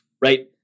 right